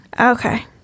Okay